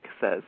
says